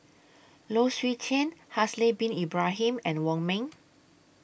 Low Swee Chen Haslir Bin Ibrahim and Wong Ming